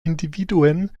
individuen